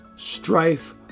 strife